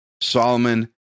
Solomon